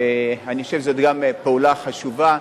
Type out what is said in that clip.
ואני חושב שגם זאת פעולה חשובה.